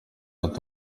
ati